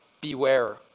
beware